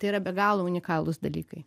tai yra be galo unikalūs dalykai